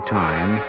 time